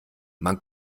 man